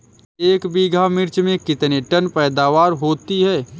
एक बीघा मिर्च में कितने टन पैदावार होती है?